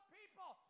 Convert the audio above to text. people